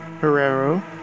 Herrero